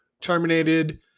terminated